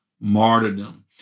martyrdom